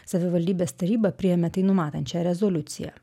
savivaldybės taryba priėmė tai numatančią rezoliuciją